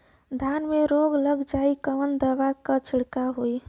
धान में रोग लग जाईत कवन दवा क छिड़काव होई?